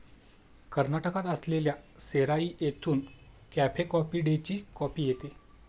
कर्नाटकात असलेल्या सेराई येथून कॅफे कॉफी डेची कॉफी येते